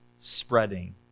spreading